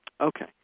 Okay